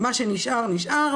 מה שנשאר נשאר,